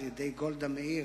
על-ידי גולדה מאיר,